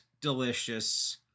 delicious